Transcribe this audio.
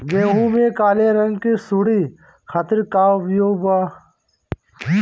गेहूँ में काले रंग की सूड़ी खातिर का उपाय बा?